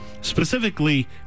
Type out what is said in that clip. specifically